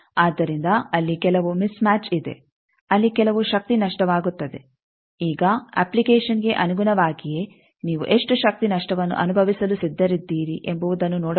ಆದ್ದರಿಂದ ಅಲ್ಲಿ ಕೆಲವು ಮಿಸ್ ಮ್ಯಾಚ್ ಇದೆ ಅಲ್ಲಿ ಕೆಲವು ಶಕ್ತಿ ನಷ್ಟವಾಗುತ್ತದೆ ಈಗ ಅಪ್ಲಿಕೇಷನ್ಗೆ ಅನುಗುಣವಾಗಿಯೇ ನೀವು ಎಷ್ಟು ಶಕ್ತಿ ನಷ್ಟವನ್ನು ಅನುಭವಿಸಲು ಸಿದ್ಧರಿದ್ದೀರಿ ಎಂಬುವುದನ್ನು ನೋಡಬಹುದು